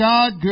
God